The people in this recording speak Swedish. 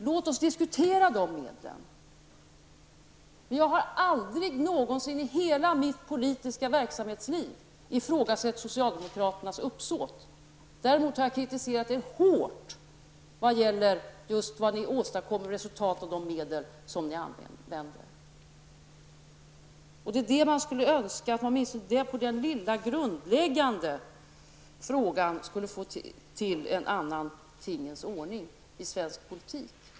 Låt oss diskutera de medlen. Jag har aldrig någonsin i hela mitt politiska verksamhetsliv ifrågasatt socialdemokraternas uppsåt. Däremot har jag kritiserat er hårt för de medel som ni använder och för de resultat som ni åstadkommer. Jag önskar att det åtminstone i denna grundläggande fråga skulle vara möjligt att få till stånd en annan tingens ordning i svensk politik.